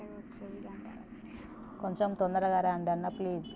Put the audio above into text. కొంచెం తొందరగా రాండి అన్న ప్లీజ్